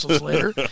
later